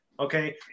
okay